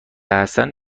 هستند